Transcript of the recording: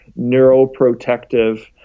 neuroprotective